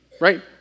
right